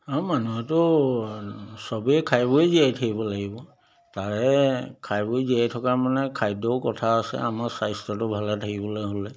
অঁ মানুহেতো সবেই খাই বৈ জীয়াই থাকিব লাগিব তাৰে খাই বৈ জীয়াই থকা মানে খাদ্যৰো কথা আছে আমাৰ স্বাস্থ্যটো ভালে থাকিবলৈ হ'লে